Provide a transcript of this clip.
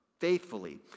faithfully